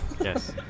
yes